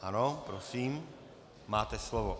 Ano, prosím, máte slovo.